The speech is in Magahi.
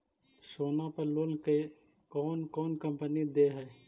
सोना पर लोन कौन कौन कंपनी दे है?